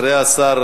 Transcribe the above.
אחרי השר,